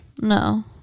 no